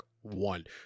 one